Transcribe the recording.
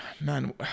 man